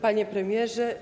Panie Premierze!